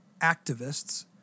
activists